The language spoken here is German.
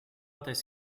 des